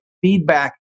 feedback